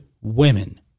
women